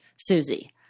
Susie